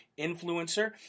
influencer